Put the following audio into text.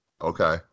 Okay